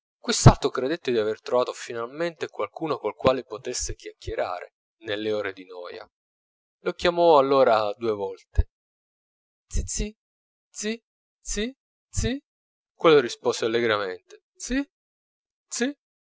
quest'altro credette di aver trovato finalmente qualcuno col quale potesse chiacchierare nelle ore di noia lo chiamò allora due volte zizì zì zì zì quello rispose allegramente zì zì